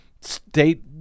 state